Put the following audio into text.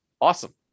awesome